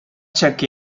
check